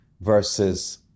versus